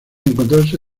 encontrarse